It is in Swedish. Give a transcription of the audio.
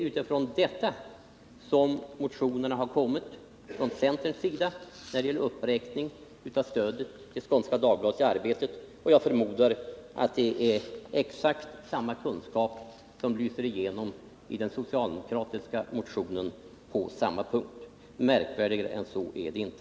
Utifrån detta faktum har centern väckt motioner om en uppräkning av stödet till Skånska Dagbladet och Arbetet. Jag förmodar att exakt samma kunskap lyser igenom i den socialdemokratiska motionen på samma punkt. Märkvärdigare än så är det inte.